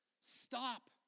stop